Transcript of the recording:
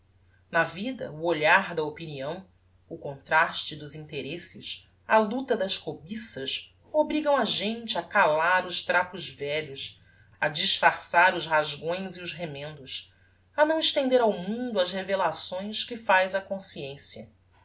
na vida o olhar da opinião o contraste dos interesses a luta das cobiças obrigam a gente a calar os trapos velhos a disfarçar os rasgões e os remendos a não estender ao mundo as revelações que faz á consciência